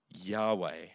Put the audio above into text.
Yahweh